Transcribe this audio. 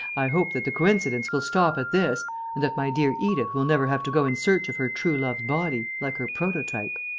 i hope that the coincidence will stop at this and that my dear edith will never have to go in search of her true-love's body, like her prototype.